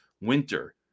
Winter